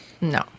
No